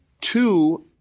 two